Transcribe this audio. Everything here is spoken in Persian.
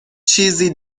چیزی